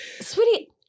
sweetie